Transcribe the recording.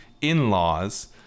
in-laws